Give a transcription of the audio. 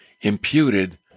imputed